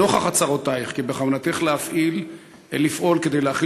נוכח הצהרותייך שבכוונתך לפעול כדי להחיל